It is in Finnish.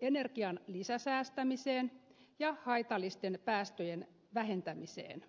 energian lisäsäästämiseen ja haitallisten päästöjen vähentämiseen